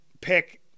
pick